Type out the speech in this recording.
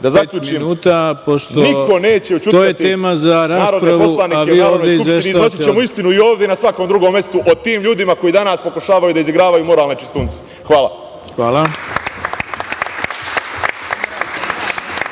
je vreme.)Niko neće ućutkati narodne poslanike u Narodnoj skupštini, iznosićemo istinu i ovde i na svakom drugom mestu o tim ljudima koji danas pokušavaju da izigravaju moralne čistunce. Hvala.